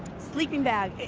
sleeping bag.